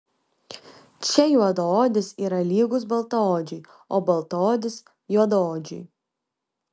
čia juodaodis yra lygus baltaodžiui o baltaodis juodaodžiui